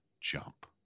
jump